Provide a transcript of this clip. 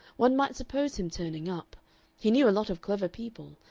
one might suppose him turning up he knew a lot of clever people,